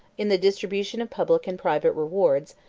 in the distribution of public and private rewards,